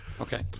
Okay